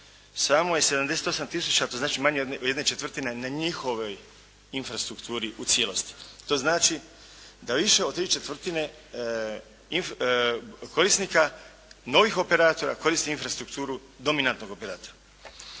samo je 78 tisuća, to znači manje o jedne četvrtine na njihovoj infrastrukturi u cijelosti. To znači da više od tri četvrtine korisnika, novih operatora, koristi infrastrukturu dominantnog operatora.